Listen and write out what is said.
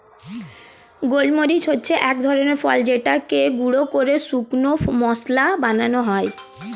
গোলমরিচ হচ্ছে এক ধরনের ফল যেটাকে গুঁড়ো করে শুকনো মসলা বানানো হয়